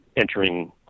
entering